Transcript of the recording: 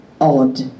odd